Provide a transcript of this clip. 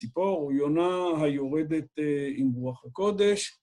ציפור, יונה היורדת עם רוח הקודש.